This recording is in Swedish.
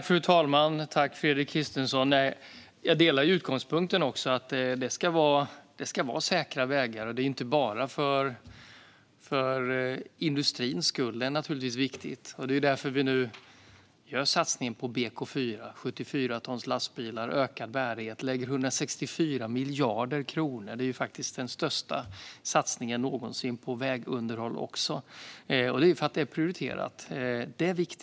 Fru talman! Tack, Fredrik Christensson! Jag delar utgångspunkten att det ska vara säkra vägar, inte bara för industrins skull även om det naturligtvis är viktigt. Det är därför som vi nu gör satsningar på BK4 för ökad bärighet och 74-tons lastbilar. Vi lägger 164 miljarder kronor på vägunderhåll, vilket faktiskt är den största satsningen någonsin, och det är för att det är prioriterat och viktigt.